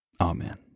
Amen